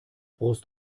brust